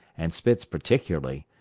and spitz particularly,